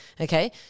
okay